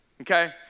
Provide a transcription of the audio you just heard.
Okay